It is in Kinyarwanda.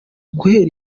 guhera